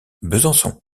besançon